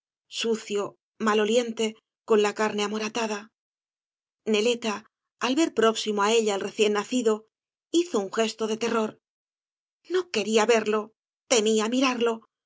sucio maloliente con la carne amoratada neleta al ver próximo á ella el recién nacido hizo un gesto de terror no quería verlo temía mirarlo